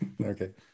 Okay